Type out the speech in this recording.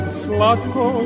slatko